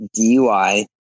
DUI